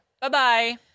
Bye-bye